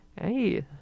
hey